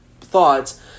thoughts